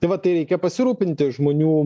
tai va tai reikia pasirūpinti žmonių